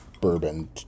bourbon